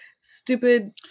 stupid